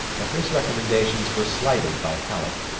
but his recommendations were slighted by halleck.